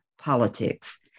Politics